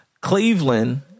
Cleveland